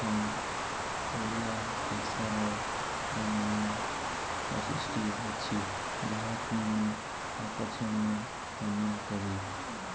ହଁ ଓଡ଼ିଆ ଭାଷାର ଅନ୍ୟାନ୍ୟ ବୈଶିଷ୍ଟ୍ୟ ଅଛି ଯାହାକୁ ମୁଁ ଆକର୍ଷଣୀୟ ମନେ କରେ